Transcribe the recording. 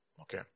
Okay